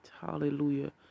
hallelujah